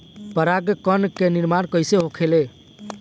पराग कण क निर्माण कइसे होखेला?